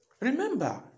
Remember